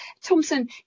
Thompson